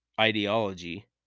ideology